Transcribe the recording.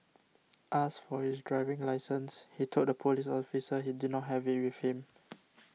asked for his driving licence he told the police officer he did not have it with him